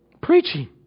preaching